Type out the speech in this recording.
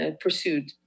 pursued